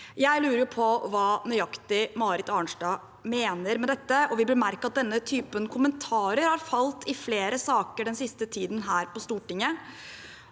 Jeg lurer på hva nøyaktig Marit Arnstad mener med dette, og vil bemerke at denne typen kommentarer har falt i flere saker den siste tiden her på Stortinget,